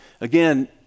Again